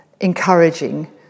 encouraging